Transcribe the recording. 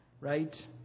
right